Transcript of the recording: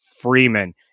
freeman